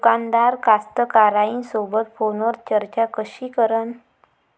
दुकानदार कास्तकाराइसोबत फोनवर चर्चा कशी करन?